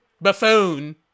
buffoon